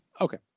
okay